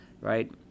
Right